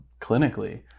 clinically